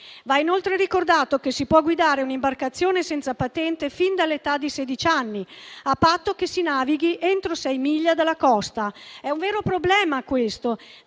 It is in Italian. Va inoltre ricordato che si può guidare un'imbarcazione senza patente fin dall'età di sedici anni, a patto che si navighi entro 6 miglia dalla costa. È un vero problema questo,